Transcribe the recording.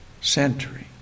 centering